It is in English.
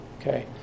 okay